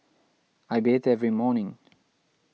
I bathe every morning